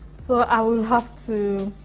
so i will have to.